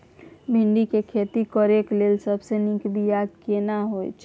भिंडी के खेती करेक लैल सबसे नीक बिया केना होय छै?